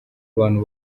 abantu